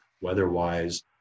weather-wise